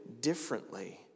Differently